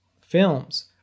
films